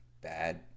bad